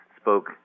spoke